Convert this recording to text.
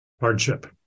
hardship